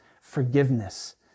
forgiveness